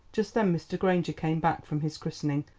just then mr. granger came back from his christening,